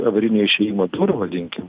avarinio išėjimo durų vadinkim